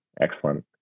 Excellent